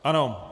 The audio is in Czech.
Ano.